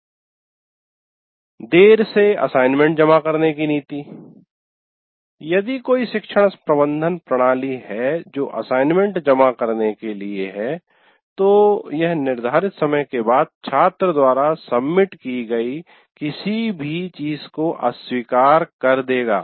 "देर से असाइनमेंट जमा करने की नीति" यदि कोई शिक्षण प्रबंधन प्रणाली है जो असाइनमेंट जमा करने के लिए है तो यह निर्धारित समय के बाद छात्र द्वारा सबमिट की गई किसी भी चीज़ को अस्वीकार कर देगा